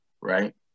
right